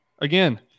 Again